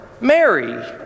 Mary